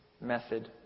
method